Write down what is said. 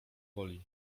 woli